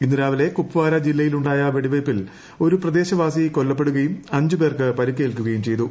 ഇന്ന് രാവിലെ കുപ്പ്വാര ജില്ലയിലുണ്ടായ വെടിവെയ്ക്പ്ീൽ ഒരു പ്രദേശവാസി കൊല്ലപ്പെടുകയും അഞ്ച് പ്പേർക്ക് പരിക്കേല്ക്കുകയും ചെയ്തിരുന്നു